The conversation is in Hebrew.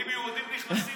אם יהודים נכנסים,